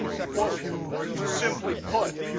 quote simply put,